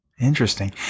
Interesting